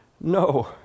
No